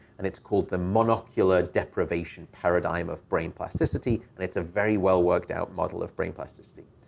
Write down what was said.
and it's called the monocular deprivation paradigm of brain plasticity, and it's a very well worked out model of brain plasticity.